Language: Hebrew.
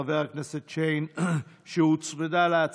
שהוגשה על ידי חבר הכנסת וסגן שר הביטחון אלון